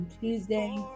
Tuesday